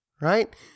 right